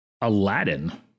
Aladdin